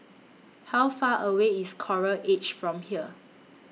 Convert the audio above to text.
How Far away IS Coral Edge from here